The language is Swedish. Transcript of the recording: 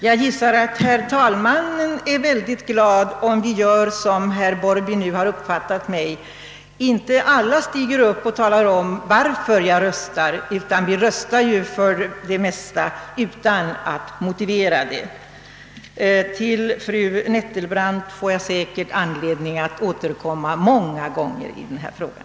Jag gissar att herr talmannen är väldigt glad om vi gör som herr Larsson i Borrby nu har uppfattat mig: inte alla stiger upp och talar om varför vi röstar så eller så. Vi röstar ju för det mesta utan att motivera vår röstning. Till fru Nettelbrandt får jag säkert anledning att återkomma många gånger i den här frågan.